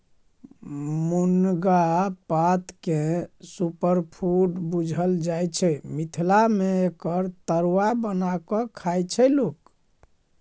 मुनगा पातकेँ सुपरफुड बुझल जाइ छै मिथिला मे एकर तरुआ बना कए खाइ छै लोक